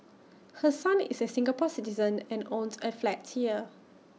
her son is A Singapore Citizen and owns A flat here